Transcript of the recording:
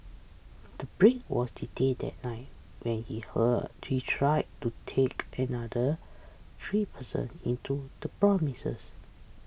the Brit was detained that night when he hurt he tried to take another three person into the premises